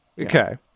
okay